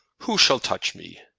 who shall touch me?